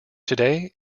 today